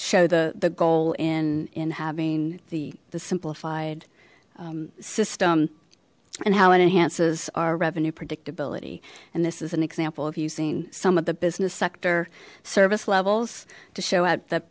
show the the goal in in having the the simplified system and how it enhances our revenue predictability and this is an example of using some of the business sector service levels to show at that